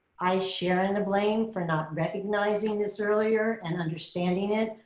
i share in the blame for not recognizing this earlier and understanding it.